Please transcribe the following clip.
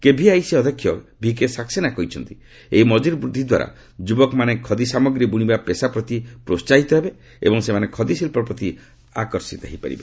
KVIC ଅଧ୍ୟକ୍ଷ V K Saxena କହିଛନ୍ତି ଏହି ମଜୁରି ବୃଦ୍ଧି ଦ୍ୱାରା ଯୁବକମାନେ ଖଦି ସାମଗ୍ରୀ ବୁଣିବା ପେସା ପ୍ରତି ପ୍ରୋହାହିତ ହେବେ ଏବଂ ସେମାନେ ଖଦି ଶିଳ୍ପ ପ୍ରତି ଆକର୍ଷିତ ହେବେ